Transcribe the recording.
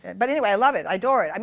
but anyway, i love it. i adore it. um